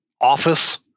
office